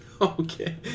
Okay